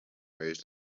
raised